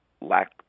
lack